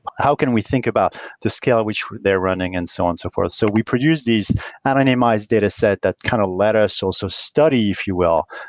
how can we think about the scale at which they're running and so on and so forth? so we produce these anonymize dataset that kind of let us also study, if you will,